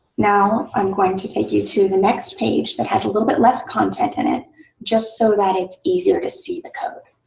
now i'm going to take you to the next page that has a little bit less content in it just so that it's easier to see the code.